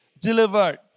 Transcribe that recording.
delivered